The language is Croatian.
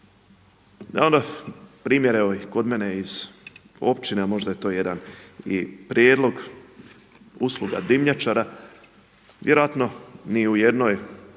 dan. Onda primjer evo kod mene iz općine, a možda je to jedan i prijedlog usluga dimnjačara, vjerojatno ni u jednoj